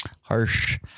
Harsh